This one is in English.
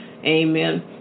Amen